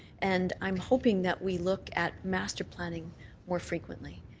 and i'm hoping that we look at master planning more frequently.